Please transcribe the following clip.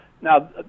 Now